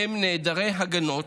הם חסרי הגנות,